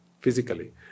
physically